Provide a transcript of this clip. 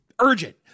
urgent